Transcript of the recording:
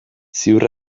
ziur